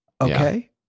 Okay